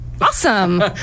awesome